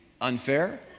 Unfair